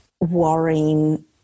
worrying